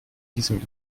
diesem